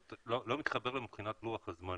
מתחבר לי מבחינת לוח הזמנים.